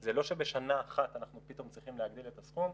זה לא שבשנה אחת אנחנו פתאום צריכים להגדיל את הסכום.